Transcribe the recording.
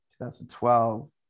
2012